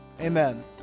Amen